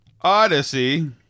Odyssey